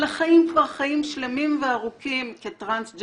אלא חיים כבר חיים שלמים וארוכים כטרנסג'נדרים,